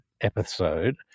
episode